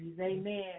Amen